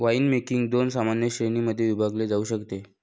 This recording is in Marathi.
वाइनमेकिंग दोन सामान्य श्रेणीं मध्ये विभागले जाऊ शकते